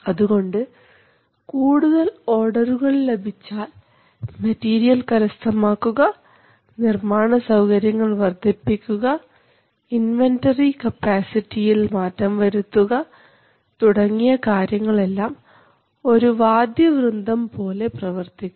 അതുകൊണ്ട് കൂടുതൽ ഓർഡറുകൾ ലഭിച്ചാൽ മെറ്റീരിയൽ കരസ്ഥമാക്കുക നിർമ്മാണ സൌകര്യങ്ങൾ വർധിപ്പിക്കുക ഇൻവൻററി കപ്പാസിറ്റിയിൽ മാറ്റം വരുത്തുക തുടങ്ങിയ കാര്യങ്ങൾ എല്ലാം ഒരു വാദ്യവൃന്ദം പോലെ പ്രവർത്തിക്കും